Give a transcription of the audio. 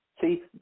See